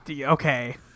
Okay